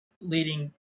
leading